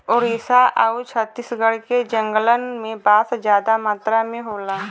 ओडिसा आउर छत्तीसगढ़ के जंगलन में बांस जादा मात्रा में होला